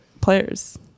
players